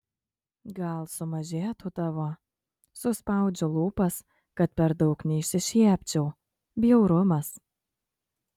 gal sumažėtų tavo suspaudžiu lūpas kad per daug neišsišiepčiau bjaurumas